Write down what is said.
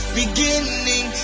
beginning